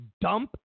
dump